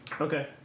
Okay